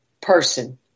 person